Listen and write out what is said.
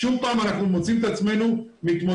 שוב פעם אנחנו מוצאים את עצמנו מתמודדים